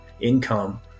income